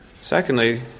Secondly